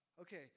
okay